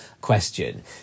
question